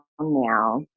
now